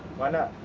why not?